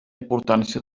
importància